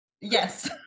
yes